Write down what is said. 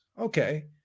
Okay